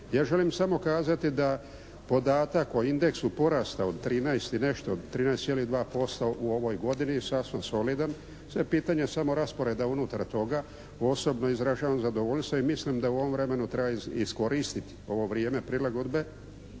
Ja želim samo kazati da podatak o indeksu porasta od 13 i nešto, 13,2% u ovoj godini sasvim solidan sada je pitanje samo rasporeda unutar toga. Osobno izražavam zadovoljstvo i mislim da je u ovom vremenu treba iskoristiti ovo vrijeme prilagodbe